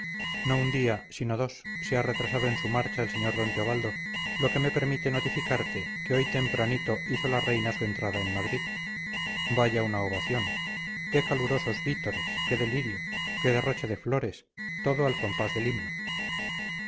no un día sino dos se ha retrasado en su marcha el sr d teobaldo lo que me permite notificarte que hoy tempranito hizo la reina su entrada en madrid vaya una ovación qué calurosos vítores qué delirio qué derroche de flores todo al compás del himno